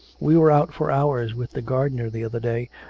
we were out for hours with the gardener the other day,